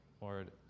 Lord